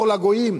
אור לגויים,